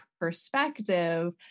perspective